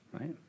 right